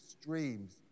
streams